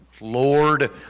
Lord